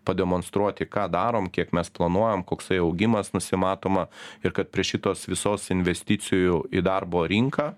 pademonstruoti ką darom kiek mes planuojam koksai augimas nusimatoma ir kad prie šitos visos investicijų į darbo rinką